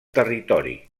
territori